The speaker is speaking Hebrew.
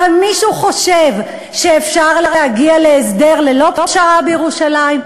הרי מישהו חושב שאפשר להגיע להסדר ללא פשרה בירושלים?